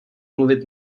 mluvit